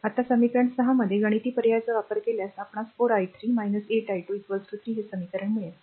आता समीकरण ६ मध्ये गणिती पर्यायाचा वापर केल्यास आपणास 4 i3 8 i2 3 हे समीकरण मिळेल